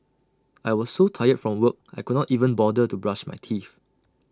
I was so tired from work I could not even bother to brush my teeth